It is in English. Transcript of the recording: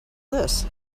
this